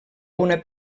una